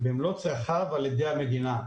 במלוא צרכיו על ידי המדינה.